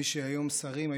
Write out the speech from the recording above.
מי שהיום שרים,